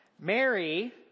Mary